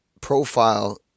profile